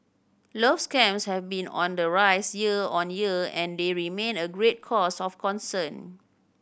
love scams have been on the rise year on year and they remain a great cause of concern